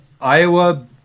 Iowa